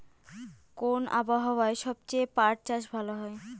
কোন আবহাওয়ায় সবচেয়ে পাট চাষ ভালো হয়?